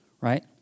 Right